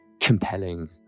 compelling